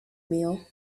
meal